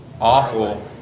awful